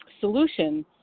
solution